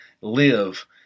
live